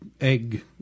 egg